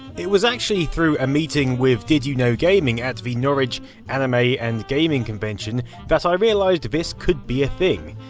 it was actually through meeting up with did you know gaming at the norwich anime and gaming convention that i realised this could be a thing.